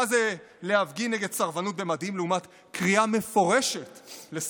מה זה להפגין נגד סרבנות במדים לעומת קריאה מפורשת לסרבנות?